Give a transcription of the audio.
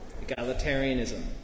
Egalitarianism